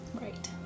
Right